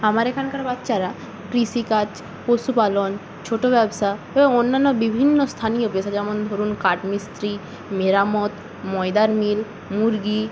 আমার এখানকার বাচ্চারা কৃষিকাজ পশুপালন ছোট ব্যবসা ও অন্যান্য বিভিন্ন স্থানীয় পেশা যেমন ধরুন কাঠমিস্ত্রি মেরামত ময়দার মিল মুরগি